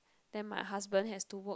then my husband has to work